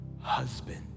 husband